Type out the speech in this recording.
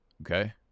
Okay